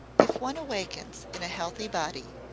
if one awakens in a healthy body,